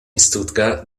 stuttgart